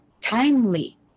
timely